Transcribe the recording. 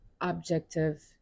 objective